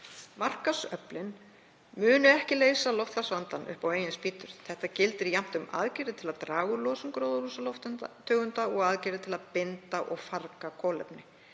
Markaðsöflin munu ekki leysa loftslagsvandann upp á eigin spýtur. Þetta gildir jafnt um aðgerðir til að draga úr losun gróðurhúsalofttegunda og aðgerðir til að binda og farga kolefni.